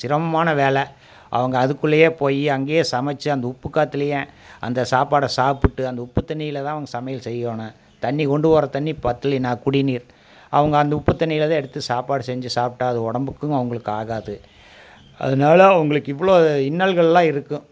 சிரமமான வேலை அவங்க அதுக்குள்ளேயே போய் அங்கே சமைச்சி அந்த உப்புக் காற்றுலயே அந்த சாப்பாடை சாப்பிட்டு அந்த உப்புத் தண்ணியில் தான் அவங்க சமையல் செய்யணும் தண்ணி கொண்டு போகிற தண்ணி பற்றலேனா குடிநீர் அவங்க அந்த உப்புத் தண்ணியில்தான் எடுத்து சாப்பாடு செஞ்சு சாப்பிட்டு அது உடம்புக்கு அவங்களுக்கு ஆகாது அதனால அவங்களுக்கு இவ்வளோ இன்னல்கள்லாம் இருக்கும்